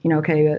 you know okay, but